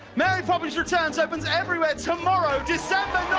mary poppins returns opens everywhere tomorrow december